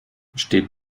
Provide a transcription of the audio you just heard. steht